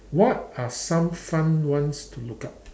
what are some fun ones to look up